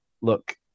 look